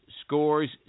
scores